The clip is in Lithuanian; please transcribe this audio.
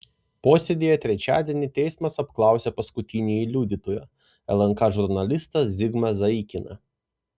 posėdyje trečiadienį teismas apklausė paskutinįjį liudytoją lnk žurnalistą zigmą zaikiną